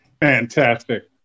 fantastic